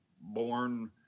born